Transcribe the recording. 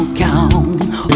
count